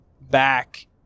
back